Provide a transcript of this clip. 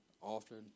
often